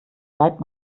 bleibt